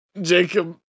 Jacob